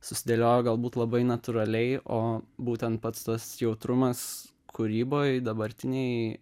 susidėliojo galbūt labai natūraliai o būtent pats tas jautrumas kūryboj dabartinėj